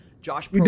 Josh